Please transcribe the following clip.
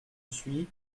suye